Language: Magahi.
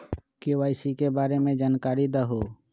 के.वाई.सी के बारे में जानकारी दहु?